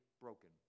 broken